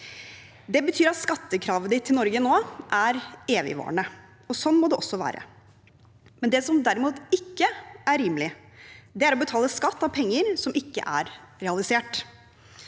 Det betyr at skattekravet ditt til Norge nå er evigvarende, og sånn må det også være. Det som derimot ikke er rimelig, er å betale skatt av penger som ikke er realisert.